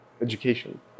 education